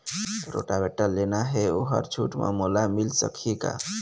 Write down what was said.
Rotavator लेना हे ओहर छूट म मोला मिल सकही का?